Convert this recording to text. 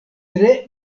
tre